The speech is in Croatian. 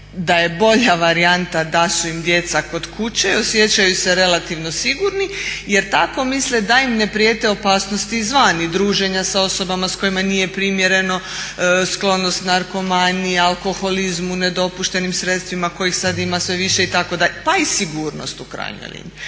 da je bolja varijanta da su im djeca kod kuće i osjećaju se relativno sigurni jer tako misle da im ne prijeti opasnost izvana i druženja s osobama s kojima nije primjereno, sklonost narkomaniji, alkoholizmu, nedopuštenim sredstvima kojih sada ima sve više pa i sigurnost u krajnjoj